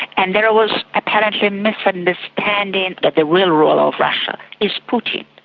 and there was apparently misunderstanding that the real ruler of russia is putin,